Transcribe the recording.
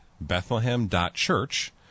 Bethlehem.Church